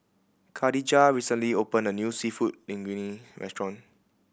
Khadijah recently opened a new Seafood Linguine Restaurant